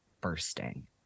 bursting